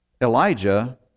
Elijah